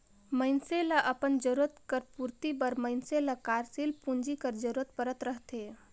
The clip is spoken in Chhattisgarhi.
मइनसे ल अपन जरूरत कर पूरति बर मइनसे ल कारसील पूंजी कर जरूरत परत रहथे